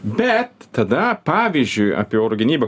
bet tada pavyzdžiui apie oro gynybą